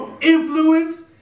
influence